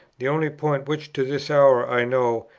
the only point which to this hour i know,